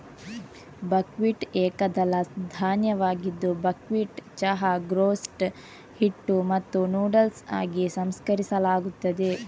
buckwheat ಏಕದಳ ಧಾನ್ಯವಾಗಿದ್ದು buckwheat ಚಹಾ, ಗ್ರೋಟ್ಸ್, ಹಿಟ್ಟು ಮತ್ತು ನೂಡಲ್ಸ್ ಆಗಿ ಸಂಸ್ಕರಿಸಲಾಗುತ್ತದೆ